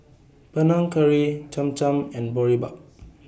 Panang Curry Cham Cham and Boribap